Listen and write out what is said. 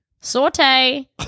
saute